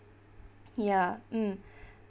ya mm